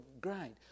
grind